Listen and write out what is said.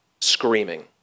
screaming